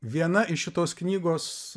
viena iš šitos knygos